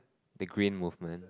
the green movement